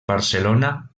barcelona